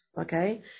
okay